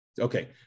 Okay